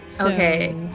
Okay